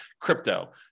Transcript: crypto